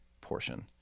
portion